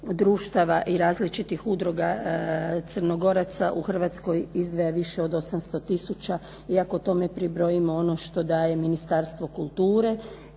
i različitih udruga Crnogoraca u Hrvatskoj izdaje više od 800 tisuća. I ako tome pribrajamo što da je Ministarstvo kulture